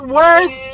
worth